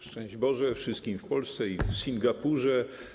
Szczęść Boże wszystkim w Polsce i w Singapurze.